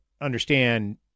Understand